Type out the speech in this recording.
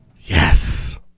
Yes